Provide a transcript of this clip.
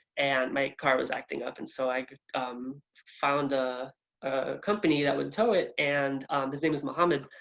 and my car was acting up and so i found ah a company that would tow it, and his name is muhammad,